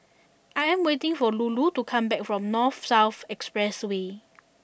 I am waiting for Lulu to come back from North South Expressway